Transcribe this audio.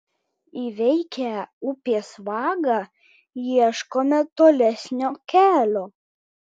įveikę upės vagą ieškome tolesnio kelio